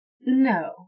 No